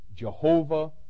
Jehovah